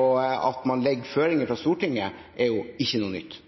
Og at man legger føringer fra Stortinget, er ikke noe nytt.